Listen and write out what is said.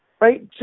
right